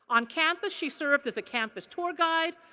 on campus she served as a campus tour guide,